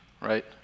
right